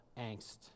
angst